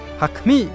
...hakmi